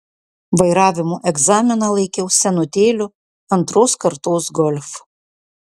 vairavimo egzaminą laikiau senutėliu antros kartos golf